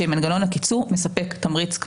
שמנגנון הקיצור מספק תמריץ.